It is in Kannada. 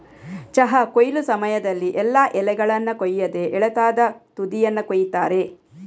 ಚಹಾ ಕೊಯ್ಲು ಸಮಯದಲ್ಲಿ ಎಲ್ಲಾ ಎಲೆಗಳನ್ನ ಕೊಯ್ಯದೆ ಎಳತಾದ ತುದಿಯನ್ನ ಕೊಯಿತಾರೆ